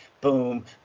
boom